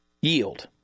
Yield